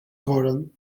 koron